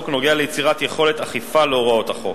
נוגע ביצירת יכולת אכיפה להוראות החוק,